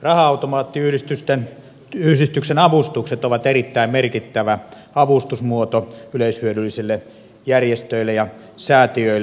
raha automaattiyhdistyksen avustukset ovat erittäin merkittävä avustusmuoto yleishyödyllisille järjestöille ja säätiöille